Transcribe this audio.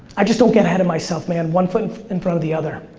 i just don't get ahead of myself, man. one foot in front of the other.